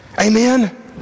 Amen